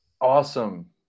Awesome